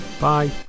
bye